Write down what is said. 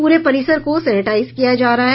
पूरे परिसर को सेनेटाइज किया जा रहा है